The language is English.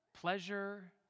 pleasure